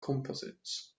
composites